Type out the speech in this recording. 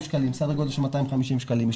סדר גודל של 250 שקלים השתתפות.